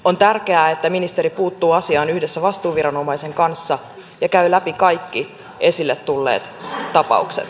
on tärkeää että ministeri puuttuu asiaan yhdessä vastuuviranomaisen kanssa ja käy läpi kaikki esille tulleet tapaukset